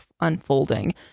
unfolding